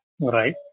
right